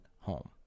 home